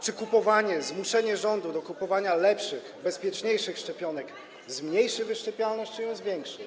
Czy zmuszenie rządu do kupowania lepszych, bezpieczniejszych szczepionek zmniejszy wyszczepialnosć czy ją zwiększy?